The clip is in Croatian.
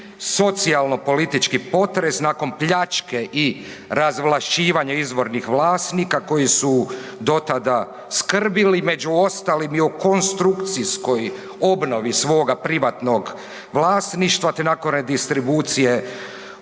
socijalno-politički potres nakon pljačke i razvlašćivanja izvornih vlasnika koji su do tada skrbili, među ostalim i o konstrukcijskoj obnovi svoga privatnoga vlasništva te nakon redistribucije